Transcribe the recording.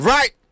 Right